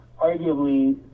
arguably